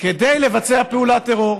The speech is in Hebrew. כדי לבצע פעולת טרור,